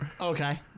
Okay